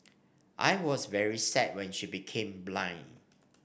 I was very sad when she became blind